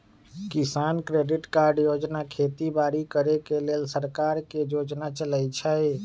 किसान credit card योजना खेती बाड़ी करे लेल सरकार के योजना चलै छै